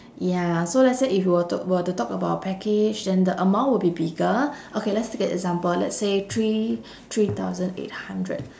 ya so let's say if you were to were to talk about a package then the amount would be bigger okay let's take an example let's say three three thousand eight hundred